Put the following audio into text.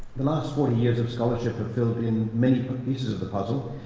the last forty years of scholarship and filled in many pieces of the puzzle,